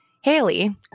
Haley